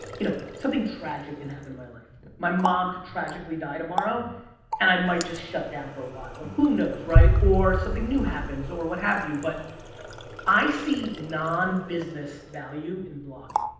you know something tragic can happen in my life. my mom could tragically die tomorrow and i might just shut down for a while or who knows, right? or something new happens or what have you but i see non-business value in vlogging.